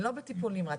הן לא בטיפול נמרץ,